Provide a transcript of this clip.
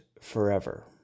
forever